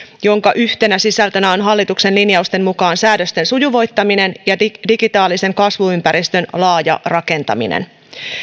jonka yhtenä sisältönä on hallituksen linjausten mukaan säädösten sujuvoittaminen ja digitaalisen kasvuympäristön laaja rakentaminen